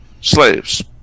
Slaves